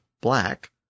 black